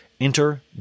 Enter